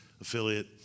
affiliate